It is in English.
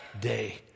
day